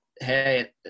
hey